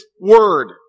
Word